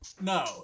No